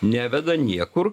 neveda niekur